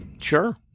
Sure